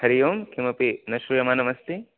हरि ओं किमपि न श्रूयमानमस्ति